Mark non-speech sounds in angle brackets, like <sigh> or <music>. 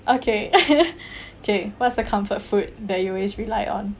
okay <laughs> K what's the comfort food that you always rely on